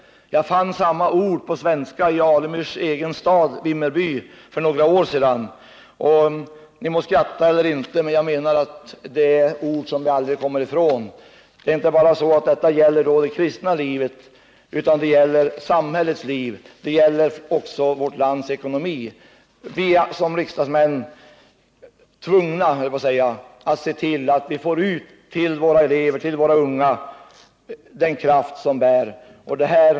Jag fann samma ord på svenska i en skola i Stig Alemyrs egen stad, Vimmerby, för några år sedan. Ni må skratta, men jag menar att det är ord som vi aldrig kommer ifrån. De gäller inte bara för det kristna livet utan för hela samhällslivet och vårt lands ekonomi. Vi måste som riksdagsmän se till att få ut till eleverna i skolorna, till de unga i samhället, den kraft som bär.